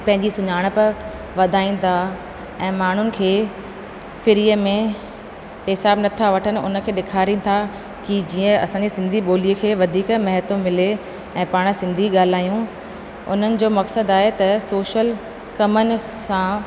पंहिंजी सुञाणप वधायूं था ऐं माण्हुनि खे फ़्रीअ में पैसा नथा वठनि उन खे ॾेखारनि था की जीअं असांजी सिंधी ॿोलीअ खे वधीक महत्व मिले ऐं पाण सिंधी ॻाल्हायूं उन्हनि जो मक़सदु आहे त सोशल कमनि सां